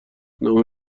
نام